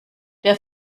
der